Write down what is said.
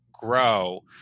grow